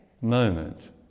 moment